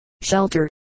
Shelter